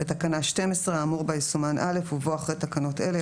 בתקנה 12 האמור בה יסומן "(א)" ובו אחרי "תקנות אלה"